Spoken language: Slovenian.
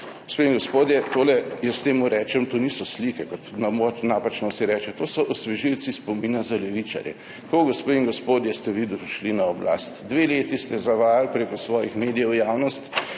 / pokaže zboru/, jaz temu rečem, to niso slike, kot mogoče napačno vsi rečejo, to so osvežilci spomina za levičarje. Tako, gospe in gospodje, ste vi prišli na oblast. Dve leti ste zavajali prek svojih medijev javnost,